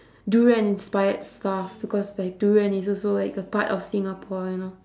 durian-inspired stuff like because like durian is also like a part of singapore you know